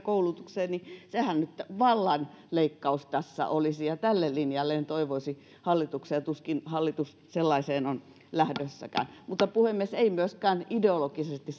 koulutukseen niin sehän nyt vallan leikkaus tässä olisi tälle linjalle en toivoisi hallituksen lähtevän ja tuskin hallitus sellaiseen on lähdössäkään mutta puhemies ei myöskään ideologisesti